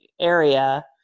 area